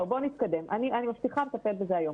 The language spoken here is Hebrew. אני מבטיחה לטפל בזה היום.